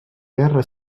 guerra